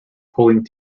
pulling